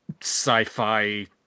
sci-fi